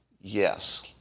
yes